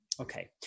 Okay